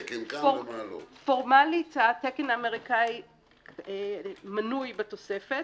פורמלית התקן האמריקאי מנוי בתוספת